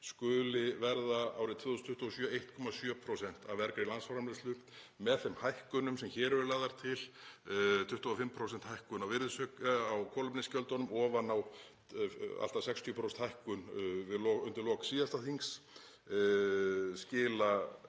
skuli verða árið 2027 1,7% af vergri landsframleiðslu með þeim hækkunum sem hér eru lagðar til, 25% hækkun á kolefnisgjöldunum ofan á allt að 60% hækkun undir lok síðasta þings, skila